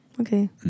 Okay